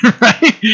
Right